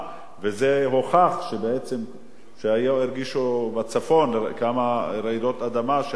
זה הוכח, היו בצפון כמה רעידות אדמה, היו בגבול